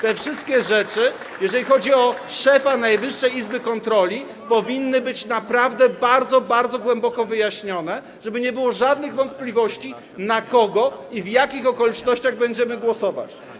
Te wszystkie rzeczy, jeżeli chodzi o szefa Najwyższej Izby Kontroli, powinny być naprawdę bardzo głęboko wyjaśnione, żeby nie było żadnych wątpliwości, na kogo i w jakich okolicznościach będziemy głosować.